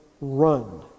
run